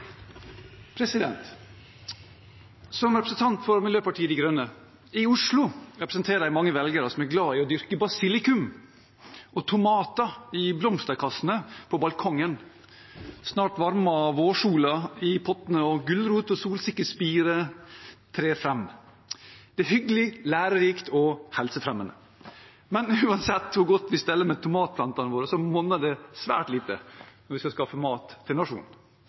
Som representant for Miljøpartiet De Grønne i Oslo representerer jeg mange velgere som er glade i å dyrke basilikum og tomater i blomsterkassene på balkongen. Snart varmer vårsola i pottene, og gulrot- og solsikkespirer trer fram. Det er hyggelig, lærerikt og helsefremmende. Men uansett hvor godt vi steller med tomatplantene våre, monner det svært lite hvis vi skal skaffe mat til